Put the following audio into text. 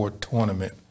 tournament